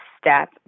step